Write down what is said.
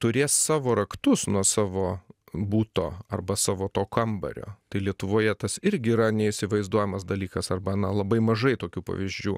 turės savo raktus nuo savo buto arba savo to kambario tai lietuvoje tas irgi yra neįsivaizduojamas dalykas arba na labai mažai tokių pavyzdžių